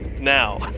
now